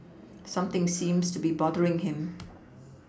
something seems to be bothering him